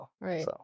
Right